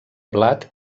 blat